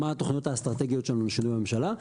מה התוכניות האסטרטגיות שלנו לשינוי בממשלה,